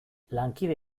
lankide